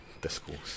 discourse